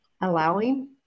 Allowing